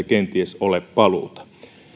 kenties ole paluuta